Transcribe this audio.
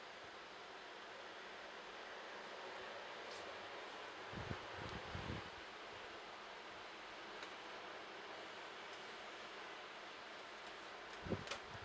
mm mm